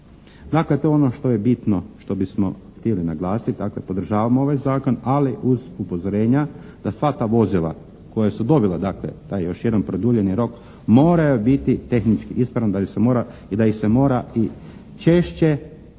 Dakle, to je ono što je bitno, što bismo htjeli naglasiti. Dakle, podržavamo ovaj zakon ali uz upozorenja da sva ta vozila koja su dobila dakle taj još jedan produljeni rok moraju biti tehnički ispravna i da ih se mora i češće